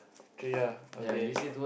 treat her okay